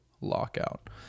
lockout